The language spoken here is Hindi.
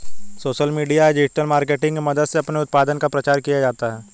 सोशल मीडिया या डिजिटल मार्केटिंग की मदद से अपने उत्पाद का प्रचार किया जाता है